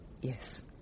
Yes